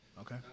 Okay